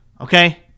okay